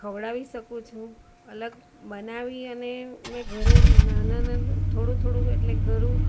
ખવડાવી શકું છું અલગ બનાવી અને મેં ઘરે નાના નાના થોડું થોડું એટલે ઘરું